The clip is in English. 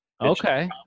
Okay